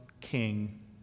king